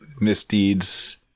misdeeds